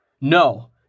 No